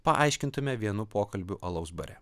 paaiškintume vienu pokalbiu alaus bare